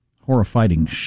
Horrifying